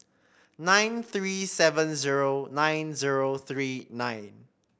nine three seven zero nine zero three nine